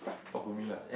talk to me lah